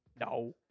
No